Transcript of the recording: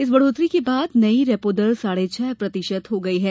इस बढ़ोतरी के बाद नयी रेपो दर साढ़े छह प्रतिशत हो गयी है